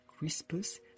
Crispus